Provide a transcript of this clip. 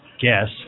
guess